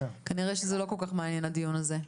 כנראה הדיון הזה לא כל כך מעניין אתכם.